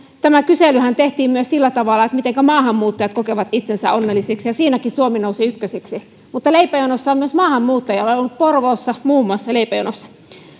tämä kyselyhän tehtiin myös sillä tavalla mitenkä onnelliseksi maahanmuuttajat kokevat itsensä ja siinäkin suomi nousi ykköseksi mutta leipäjonoissa on myös maahanmuuttajia olen ollut porvoossa muun muassa leipäjonossa